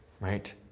right